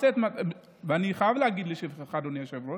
ואני חייב להגיד לשבחך, אדוני היושב-ראש,